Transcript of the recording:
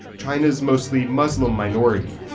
china's mostly muslim minority.